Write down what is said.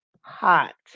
hot